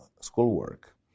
schoolwork